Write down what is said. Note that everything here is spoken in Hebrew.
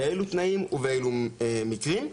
באילו תנאים ובאילו מקרים?